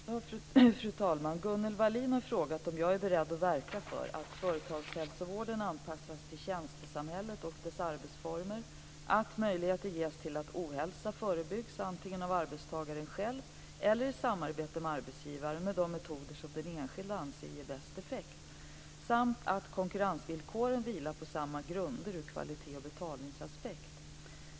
Fru talman! Gunnel Wallin har frågat om jag är beredd att verka för - att företagshälsovården anpassas till tjänstesamhället och dess arbetsformer, - att möjligheter ges till att ohälsa förebyggs, antingen av arbetstagaren själv eller i samarbete med arbetsgivaren, med de metoder som den enskilde anser ger bäst effekt samt - att konkurrensvillkoren vilar på samma grunder ur kvalitets och betalningsaspekt.